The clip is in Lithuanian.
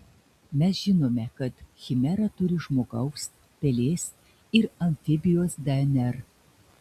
mes žinome kad chimera turi žmogaus pelės ir amfibijos dnr